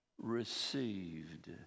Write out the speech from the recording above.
received